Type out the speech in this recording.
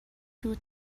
two